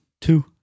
two